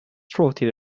trotted